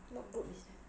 what group is that